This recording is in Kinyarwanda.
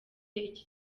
iki